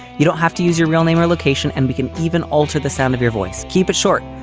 you don't have to use your real name or location, and we can even alter the sound of your voice. keep it short.